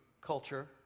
culture